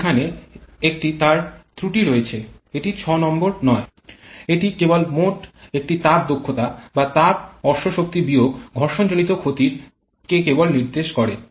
এখানে একটি লেখার ত্রুটি রয়েছে এটি ৬ নয় এটি কেবল মোট একটি তাপ দক্ষতা বা তাপ অশ্বশক্তি বিয়োগ ঘর্ষণজনিত ক্ষতির কেবল নির্দেশ করে